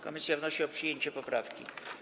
Komisja wnosi o przyjęcie poprawki.